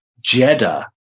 Jeddah